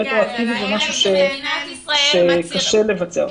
רטרואקטיבי זה דבר שקשה לבצע.